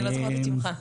בבקשה.